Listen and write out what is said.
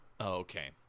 Okay